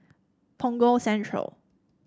Punggol Central